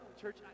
church